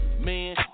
Man